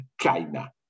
China